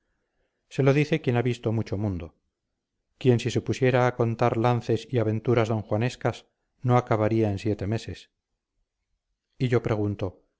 se lo dice quien ha visto mucho mundo quien si se pusiera a contar lances y aventuras donjuanescas no acabaría en siete meses y yo pregunto